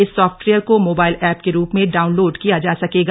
इस सॉफ्टवेयर को mobile app के रूप में डाउनलोड किया जा सकेगा